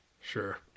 Sure